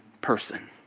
person